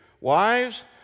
Wives